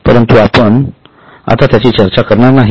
परंतु आता आपण त्याची चर्चा करणार नाहीत